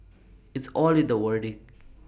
it's all in the wording